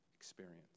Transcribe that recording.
experience